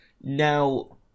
now